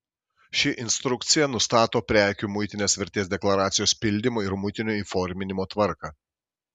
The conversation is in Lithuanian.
ši instrukcija nustato prekių muitinės vertės deklaracijos pildymo ir muitinio įforminimo tvarką